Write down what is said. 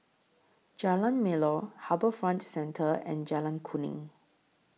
Jalan Melor HarbourFront Centre and Jalan Kuning